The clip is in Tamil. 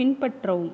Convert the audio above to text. பின்பற்றவும்